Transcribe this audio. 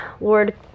Lord